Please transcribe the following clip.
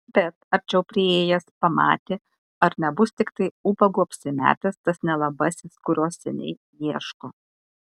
bet arčiau priėjęs pamatė ar nebus tiktai ubagu apsimetęs tas nelabasis kurio seniai ieško